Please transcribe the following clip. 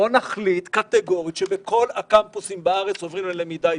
בואו נחליט קטגורית שבכל הקמפוסים בארץ עוברים ללמידה היברידית,